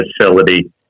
facility